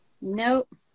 nope